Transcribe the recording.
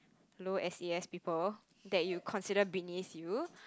low s_e_s people that you consider beneath you